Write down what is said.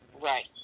Right